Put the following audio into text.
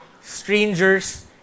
strangers